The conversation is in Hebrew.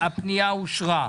הצבעה הפנייה אושרה.